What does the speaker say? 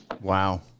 Wow